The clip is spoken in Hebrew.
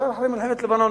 ישר אחרי מלחמת לבנון,